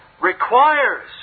requires